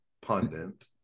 pundit